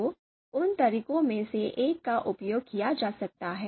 तो उन तरीकों में से एक का उपयोग किया जा सकता है